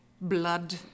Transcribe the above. blood